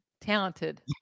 Talented